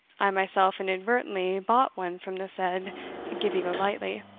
i myself inadvertently bought one from the said gibbie golightly,